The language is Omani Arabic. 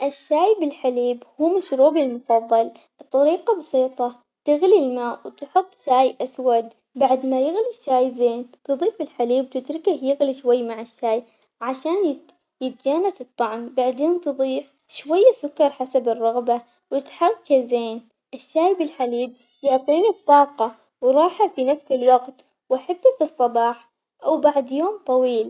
الشاي بالحليب هو مشروبي المفضل، الطريقة بسيطة تغلي الماء وتحط شاي أسود ما يغلي الشاي زين تضيف الحليب وتتركه يغلي شوي مع الشاي عشان يت- يتجانس الطعم بعدين تضيف شوية سكر حسب الرغبة وتحركه زين، الشاي بالحليب يعطيني الطاقة وراحة في نفس الوقت وأحبه في الصباح وبعد يوم طويل.